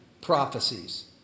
prophecies